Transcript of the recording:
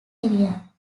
area